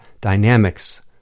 dynamics